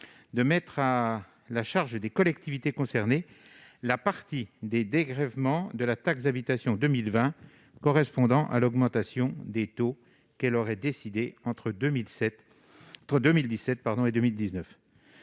de mettre à la charge des collectivités concernées la partie des dégrèvements de la taxe d'habitation 2020 correspondant à l'augmentation des taux qu'elles auraient décidée entre 2017 et 2019.